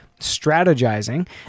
strategizing